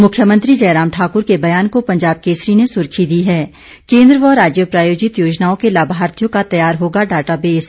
मुख्यमंत्री जयराम ठाक्र के बयान को पंजाब केसरी ने सुर्खी दी है केन्द्र व राज्य प्रायोजित योजनाओं के लाभार्थियों का तैयार होगा डाटाबेस